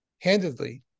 handedly